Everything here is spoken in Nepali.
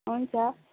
हुन्छ